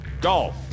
Golf